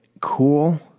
cool